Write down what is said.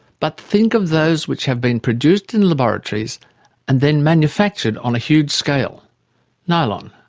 but think of those which have been produced in laboratories and then manufactured on a huge scale nylon,